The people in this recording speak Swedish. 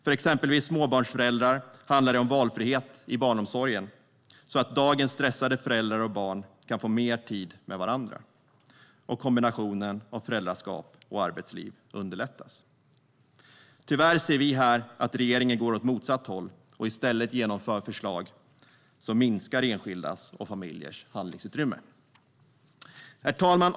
För exempelvis småbarnsföräldrar handlar det om valfrihet i barnomsorgen, så att dagens stressade föräldrar och barn kan få mer tid med varandra och kombinationen av föräldraskap och arbetsliv underlättas. Tyvärr ser vi här att regeringen går åt motsatt håll och i stället genomför förslag som minskar enskildas och familjers handlingsutrymme. Herr talman!